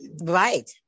Right